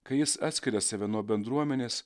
kai jis atskiria save nuo bendruomenės